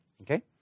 Okay